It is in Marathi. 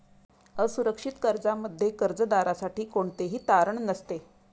असुरक्षित कर्जामध्ये कर्जदारासाठी कोणतेही तारण नसते